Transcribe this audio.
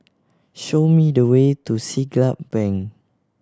show me the way to Siglap Bank